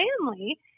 family